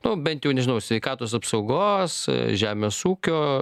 nu bent jau nežinau sveikatos apsaugos žemės ūkio